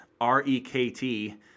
R-E-K-T